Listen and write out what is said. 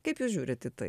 kaip jūs žiūrit į tai